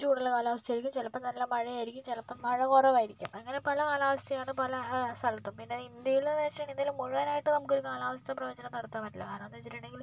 ചൂടുള്ള കാലാവസ്ഥയായിരിക്കും ചിലപ്പം നല്ല മഴയായിരിക്കും ചിലപ്പം മഴ കുറവായിരിക്കും അങ്ങനെ പല കാലാവസ്ഥയാണ് പല സ്ഥലത്തും പിന്നെ ഇന്ത്യയിൽ വെച്ചിട്ട് ഇന്ത്യയിൽ മുഴുവനായിട്ട് നമുക്കൊരു കാലാവസ്ഥ പ്രവചനം നടത്താൻ പറ്റില്ല കാരണമെന്താണ് വെച്ചിട്ടുണ്ടെങ്കിൽ